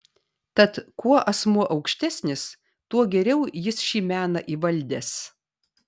tad kuo asmuo aukštesnis tuo geriau jis šį meną įvaldęs